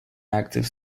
active